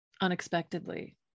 unexpectedly